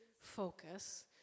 focus